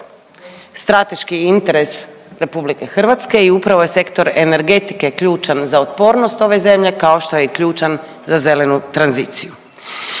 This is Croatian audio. strateški interes RH i upravo je sektor energetike ključan za otpornost ove zemlje kao što je i ključan za zelenu tranziciju.